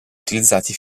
utilizzati